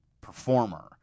performer